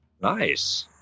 nice